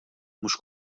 mhux